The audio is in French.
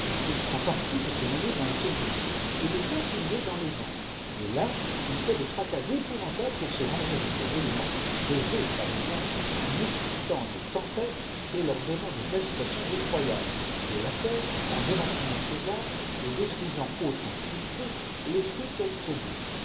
il prend le parti de se mêler dans les tourbillons et de s'insinuer dans les vents et là il fait des fracas épouvantables pour se venger de ces éléments des eaux par exemple en y excitant des tempêtes et leur donnant des agitations effroyables de la terre en déracinant ses arbres et détruisant autant qu'il peut les fruits qu'elle produit